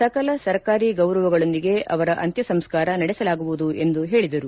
ಸಕಲ ಸರ್ಕಾರಿ ಗೌರವಗಳೊಂದಿಗೆ ಅವರ ಅಂತ್ವಸಂಸ್ಕಾರ ನಡೆಸಲಾಗುವುದು ಎಂದು ಹೇಳಿದರು